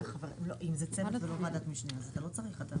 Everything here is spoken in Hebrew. אם זה צוות זה לא ועדת משנה, אתה לא צריך.